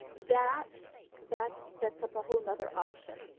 that that sets up a whole nother option.